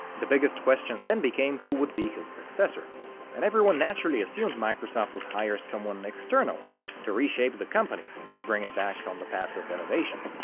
the biggest question then became who would be his successor and everyone naturally assumed microsoft would hire someone external to reshape the company and to bring it back on the path of innovation.